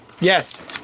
yes